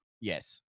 Yes